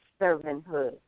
servanthood